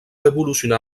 evolucionar